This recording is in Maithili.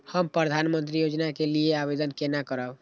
हम प्रधानमंत्री योजना के लिये आवेदन केना करब?